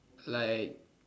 like